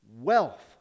wealth